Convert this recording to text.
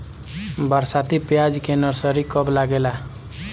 बरसाती प्याज के नर्सरी कब लागेला?